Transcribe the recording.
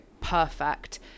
perfect